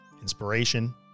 inspiration